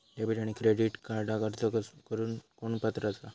Debit आणि credit कार्डक अर्ज करुक कोण पात्र आसा?